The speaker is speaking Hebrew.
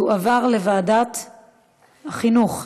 תועבר לוועדת החינוך.